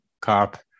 cop